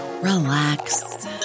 relax